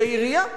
היא העירייה,